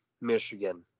Michigan